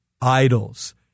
idols